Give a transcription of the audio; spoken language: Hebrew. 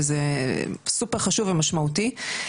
וזה סופר חשוב ומשמעותי.